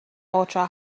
ultra